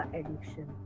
addiction